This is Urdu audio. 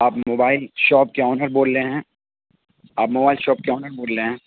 آپ موبائل شاپ کے آنر بول رہے ہیں آپ موبائل شاپ کے آنر بول رہے ہیں